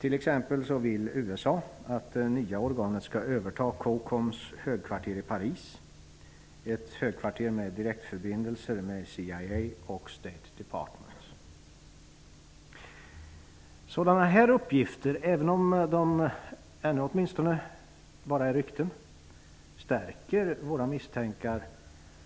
T.ex. vill USA att det nya organet skall överta COCOM:s högkvarter i Paris, ett högkvarter med direktförbindelser med CIA och Sådana här uppgifter -- även om de åtminstone ännu bara är rykten -- stärker våra misstankar